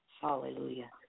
Hallelujah